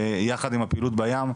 ויחד עם הפעילות בים,